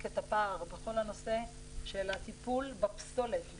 את הפער בכל הנושא של הטיפול בפסולת בכלל,